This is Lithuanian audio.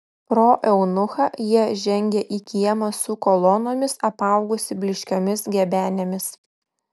pro eunuchą jie žengė į kiemą su kolonomis apaugusį blyškiomis gebenėmis